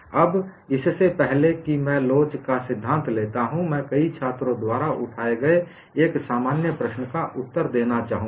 अब इससे पहले कि मैं लोच का सिद्धांत theory of elasticity लेता हूं मैं कई छात्रों द्वारा उठाए गए एक सामान्य प्रश्न का उत्तर देना चाहूंगा